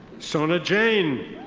sonna jane.